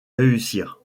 réussir